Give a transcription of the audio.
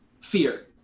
fear